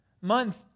Month